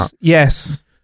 yes